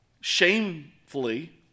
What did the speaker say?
shamefully